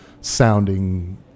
sounding